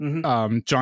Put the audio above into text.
John